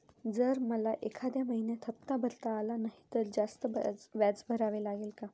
जर मला एखाद्या महिन्यात हफ्ता भरता आला नाही तर जास्त व्याज भरावे लागेल का?